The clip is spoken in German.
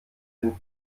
den